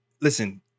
listen